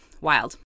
Wild